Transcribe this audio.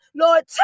Lord